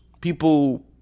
people